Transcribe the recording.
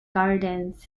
gardens